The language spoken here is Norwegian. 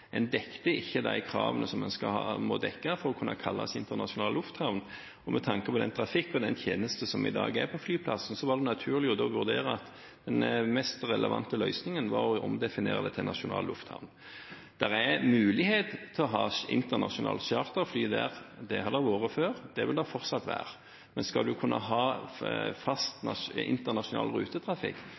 En dekket ikke de kravene som en må dekke for å kunne kalles internasjonal lufthavn, og med tanke på den trafikken og den tjenesten som i dag er på flyplassen, var det naturlig å vurdere det slik at den mest relevante løsningen var å omdefinere det til nasjonal lufthavn. Det er mulighet til å ha internasjonale charterfly der. Det har det vært før, det vil det fortsatt være. Men skal man kunne ha fast internasjonal rutetrafikk,